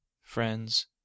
friends